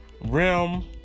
Rim